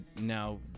now